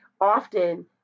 Often